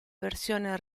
versione